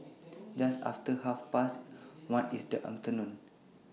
Just after Half Past one in The afternoon